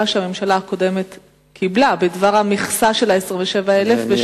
שהממשלה הקודמת קיבלה בדבר המכסה של 27,000 עובדים,